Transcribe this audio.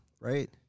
right